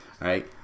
right